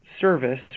service